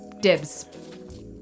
Dibs